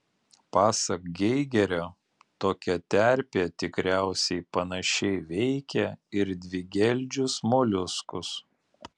pasak geigerio tokia terpė tikriausiai panašiai veikia ir dvigeldžius moliuskus